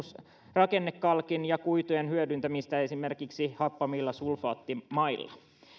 rakennekalkin ja kuitujen hyödyntämistä esimerkiksi happamilla sulfaattimailla